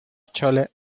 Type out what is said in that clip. chole